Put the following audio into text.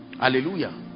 hallelujah